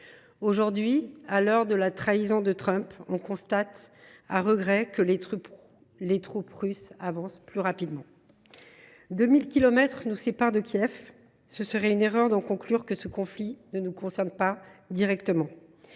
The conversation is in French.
lutte. Or, à l’heure de la trahison de Trump, force est de constater, à regret, que les troupes russes avancent plus rapidement. Si 2 000 kilomètres nous séparent de Kiev, ce serait une erreur de conclure que ce conflit ne nous concerne pas directement